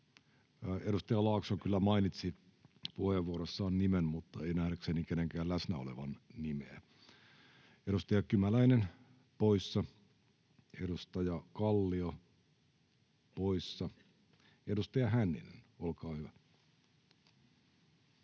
Edustaja Laakso kyllä mainitsi puheenvuorossaan nimen, mutta ei nähdäkseni kenenkään läsnä olevan nimeä. — Edustaja Kymäläinen poissa, edustaja Kallio poissa. — Edustaja Hänninen, olkaa hyvä.